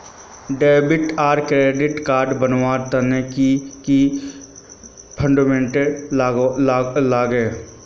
Debit आर credit card बनवार तने की की डॉक्यूमेंट लागे?